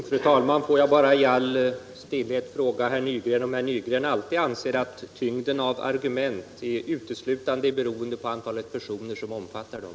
Fru talman! Får jag bara i all stillhet fråga herr Nygren om herr Nygren alltid anser att tyngden av argumenten uteslutande är beroende av det antal personer som omfattar dem.